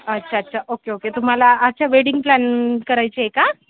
अच्छा अच्छा okay okay तुम्हाला अच्छा वेडिंग प्लॅन करायचीय का